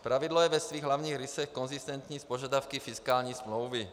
Pravidlo je ve svých hlavních rysech konzistentní s požadavky fiskální smlouvy.